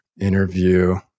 interview